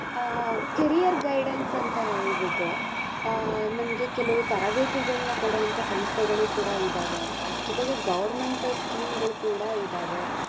career guidance ಅಂತ ಹೇಳ್ಬಿಟ್ಟು ನಮಗೆ ಕೆಲವು ತರಬೇತಿಗಳನ್ನ ಕೊಡುವಂತ ಸಂಸ್ಥೆಗಳು ಕೂಡ ಇದ್ದಾವೆ ಜೊತೆಗೆ ಗೌರ್ಮೆಂಟ್ ಸ್ಕೀಮ್ಗಳು ಕೂಡ ಇದ್ದಾವೆ